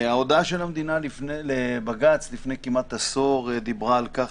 ההודעה של המדינה לבג"ץ לפני כמעט עשור דיברה על כך